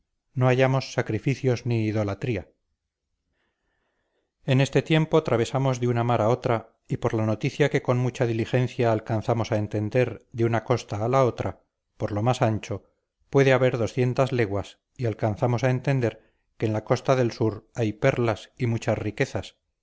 no hallamos sacrificios ni idolatría en este tiempo travesamos de una mar a otra y por la noticia que con mucha diligencia alcanzamos a entender de una costa a la otra por lo más ancho puede haber doscientas leguas y alcanzamos a entender que en la costa del sur hay perlas y muchas riquezas